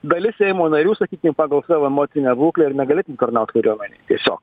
dalis seimo narių sakykim pagal savo emocinę būklę ir negalėtų tarnaut kariuomenėj tiesiog